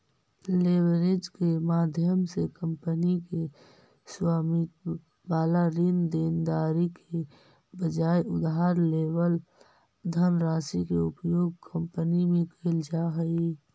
leverage के माध्यम से कंपनी के स्वामित्व वाला ऋण देनदारी के बजाय उधार लेवल धनराशि के उपयोग कंपनी में कैल जा हई